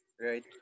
right